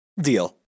Deal